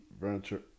Venture